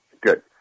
Good